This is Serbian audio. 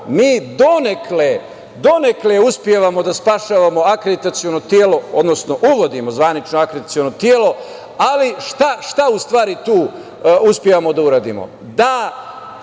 mi donekle uspevamo da spašavamo akreditaciono telo, odnosno uvodimo zvanično akreditaciono telo. Ali, šta u stvari tu uspevamo da uradimo?